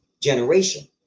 generation